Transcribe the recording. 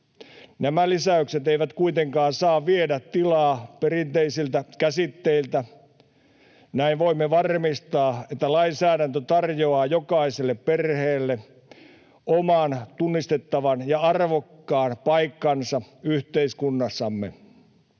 Nämä lisäykset eivät kuitenkaan saa viedä tilaa perinteisiltä käsitteiltä. Näin voimme varmistaa, että lainsäädäntö tarjoaa jokaiselle perheelle oman tunnistettavan ja arvokkaan paikkansa yhteiskunnassamme.